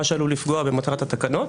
מה שעלול לפגוע במטרת התקנות,